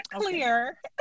clear